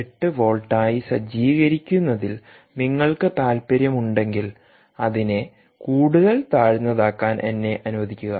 8 വോൾട്ടായി സജ്ജീകരിക്കുന്നതിൽ നിങ്ങൾക്ക് താൽപ്പര്യമുണ്ടെങ്കിൽ അതിനെ കൂടുതൽ താഴ്ന്നതാക്കാൻ എന്നെ അനുവദിക്കുക